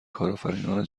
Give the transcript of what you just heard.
کارآفرینان